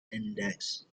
index